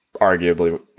arguably